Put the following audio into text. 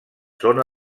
zones